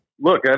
look